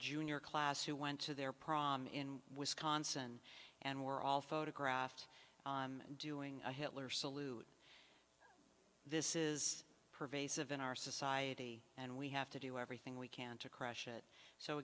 junior class who went to their prom in wisconsin and were all photographed doing a hitler salute this is pervasive in our society and we have to do everything we can to crush it so